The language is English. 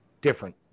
different